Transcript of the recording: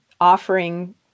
offering